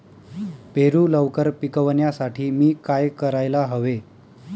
पेरू लवकर पिकवण्यासाठी मी काय करायला हवे?